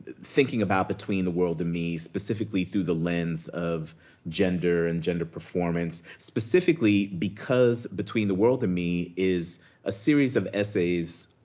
thinking about between the world and me, specifically through the lens of gender and gender performance. specifically, because between the world and me is a series of essays,